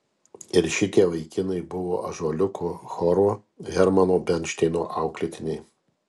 ir šitie vaikinai buvo ąžuoliuko choro hermano bernšteino auklėtiniai